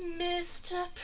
Mr